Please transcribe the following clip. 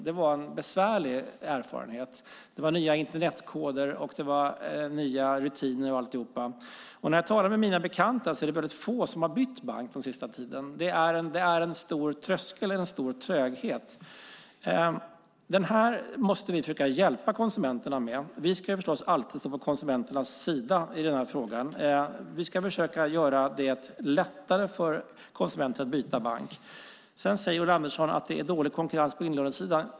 Det var en besvärlig erfarenhet. Det var nya Internetkoder och nya rutiner etcetera. Och jag har talat med mina bekanta, och det är väldigt få som har bytt bank den senaste tiden. Det är en stor tröskel, en stor tröghet. Det här måste vi försöka hjälpa konsumenterna med. Vi ska förstås alltid stå på konsumenternas sida i den här frågan. Vi ska försöka göra det lättare för konsumenterna att byta bank. Ulla Andersson säger att det är dålig konkurrens på inlåningssidan.